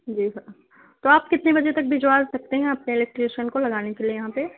جی sir تو آپ کتنے بجے تک بھیجوا سکتے ہیں اپنے الیکٹریشین کو لگانے کے لیے یہاں پہ